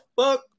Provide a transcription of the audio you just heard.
fuck